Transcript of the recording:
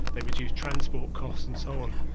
they reduce transport costs and so on.